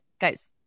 guys